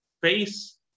face